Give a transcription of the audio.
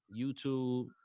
YouTube